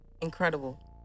Incredible